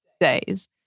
days